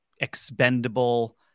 expendable